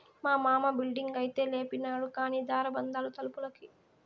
మా మామ బిల్డింగైతే లేపినాడు కానీ దార బందాలు తలుపులకి